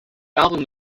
album